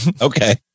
Okay